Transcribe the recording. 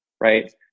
right